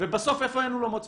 בסוף איפה אין אולמות ספורט?